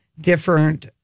different